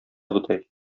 бодай